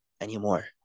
anymore